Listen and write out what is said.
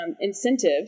incentive